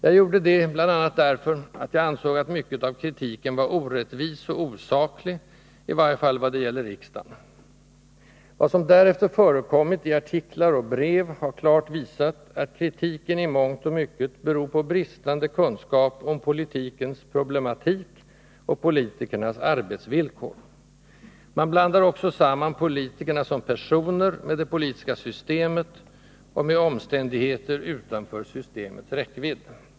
Jag gjorde detta bl.a. därför att jag ansåg mycket av kritiken vara orättvis och osaklig, i varje fall när det gäller riksdagen. Vad som därefter förekommit, i artiklar och brev, har klart visat att kritiken i mångt och mycket beror på bristande kunskap om politikens problematik och politikernas arbetsvillkor. Man blandar också samman politikerna som personer med det politiska systemet och med omständigheter utanför systemets räckvidd.